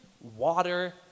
water